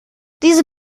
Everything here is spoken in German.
diese